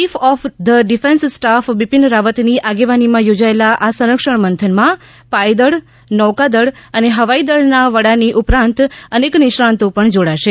chief of the defence staff Bipin રાવતની આગેવાનીમાં યોજાયેલા આ સંરક્ષણ મંથનમાં પાય દળ નૌકાદળ અને હવાઈ દળના વડાની ઉપરાંત અનેક નિષ્ણાંતો પણ જોડાશે